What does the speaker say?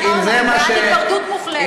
אני בעד היפרדות מוחלטת וחיים בכבוד.